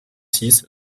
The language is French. six